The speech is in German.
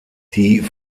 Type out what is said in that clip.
die